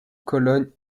cologne